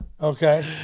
okay